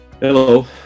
Hello